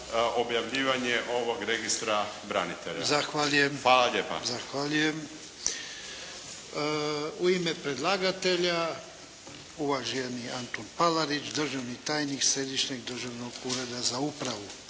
objavljivanje ovog registra branitelja? Hvala lijepa. **Jarnjak, Ivan (HDZ)** Zahvaljujem. U ime predlagatelja uvaženi Antun Palarić državni tajnik Središnjeg dražvnog ureda za upravu.